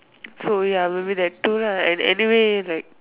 so ya maybe that two lah and anyway like